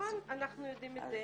נכון, אנחנו יודעים את זה